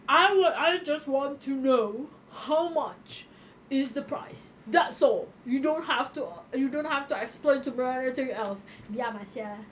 I would I just want to know how much is the price that's all you don't have to you don't have to explain to me anything else diam ah sia